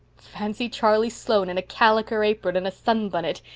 fancy charlie sloane in a caliker apron and a sunbunnit,